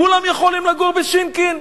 כולם יכולים לגור בשינקין?